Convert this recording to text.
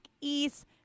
east